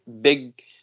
big